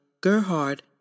Gerhard